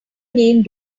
name